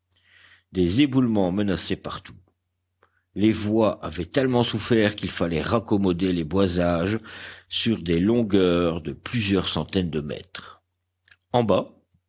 des éboulements menaçaient partout les voies avaient tellement souffert qu'il fallait raccommoder les boisages sur des longueurs de plusieurs centaines de mètres en bas